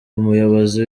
umuyobozi